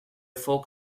folk